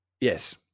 yes